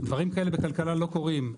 דברים כאלה בכלכלה לא קורים,